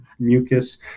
mucus